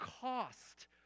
cost